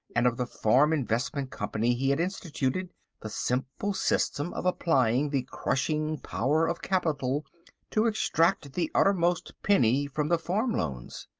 and of the farm investment company he had instituted the simple system of applying the crushing power of capital to exact the uttermost penny from the farm loans.